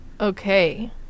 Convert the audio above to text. Okay